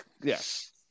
yes